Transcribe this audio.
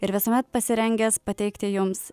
ir visuomet pasirengęs pateikti jums